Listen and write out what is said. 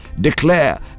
Declare